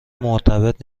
مرتبط